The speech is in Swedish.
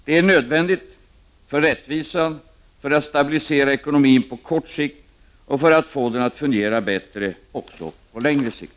Det är nödvändigt med tanke på rättvisan, för att stabilisera ekonomin på kort sikt och för att få ekonomin att fungera bättre också på längre sikt.